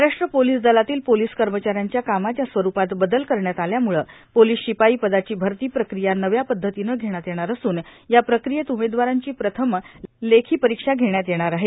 Maharashtra police दलातील police कर्मचाऱ्यांच्या कामाच्या स्वरूपात बदल करण्यात आल्यामुळं पोलीस शिपाई पदाची भरती प्रक्रिया नव्या पद्धतीनं घेण्यात येणार असून या प्रक्रियेत उमेदवारांची प्रथम लेखी परीक्षा घेण्यात येणार आहे